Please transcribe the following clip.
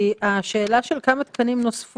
כי השאלה של כמה תקנים נוספים,